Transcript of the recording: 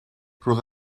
roedd